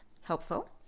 helpful